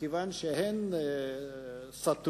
כיוון שהן סתרו,